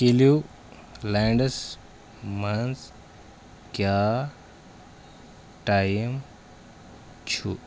کلِیٛوٗ لینٛڈس منٛز کیٛاہ ٹایم چھُ